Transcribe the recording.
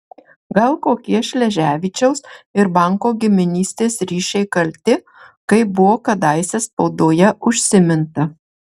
gal kokie šleževičiaus ir banko giminystės ryšiai kalti kaip buvo kadaise spaudoje užsiminta